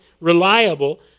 reliable